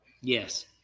Yes